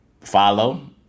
follow